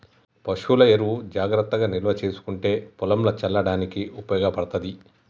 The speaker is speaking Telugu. పశువుల ఎరువు జాగ్రత్తగా నిల్వ చేసుకుంటే పొలంల చల్లడానికి ఉపయోగపడ్తది